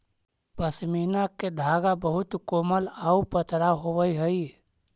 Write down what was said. पशमीना के धागा बहुत कोमल आउ पतरा होवऽ हइ